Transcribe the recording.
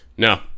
No